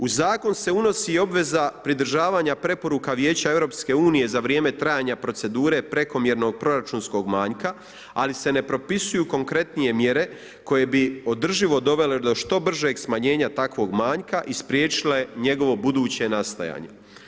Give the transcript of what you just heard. U zakon se unosi i obveza pridržavanja preporuka Vijeća Europske unije za vrijeme trajanja procedure prekomjernog proračunskog manjka, ali se ne propisuju konkretnije mjere koje bi održivo dovele do što bržeg smanjenja takvog manjka i spriječile njegovo buduće nastajanje.